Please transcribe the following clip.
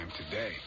today